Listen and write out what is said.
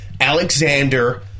Alexander